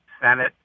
Senate